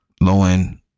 Low-end